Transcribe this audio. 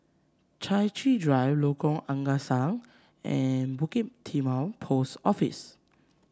Chai Chee Drive Lengkok Angsa and Bukit Timah Post Office